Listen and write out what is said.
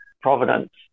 providence